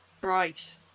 Right